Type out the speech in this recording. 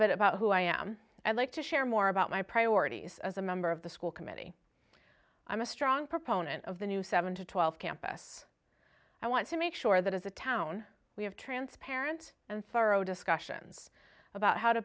bit about who i am i'd like to share more about my priorities as a member of the school committee i'm a strong proponent of the new seven to twelve campus i want to make sure that as a town we have transparent and pharo discussions about how to